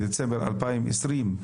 בדצמבר 2020,